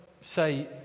say